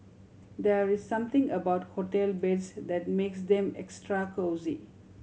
there is something about hotel beds that makes them extra cosy